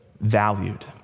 valued